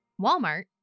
Walmart